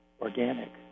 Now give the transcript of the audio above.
organic